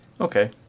Okay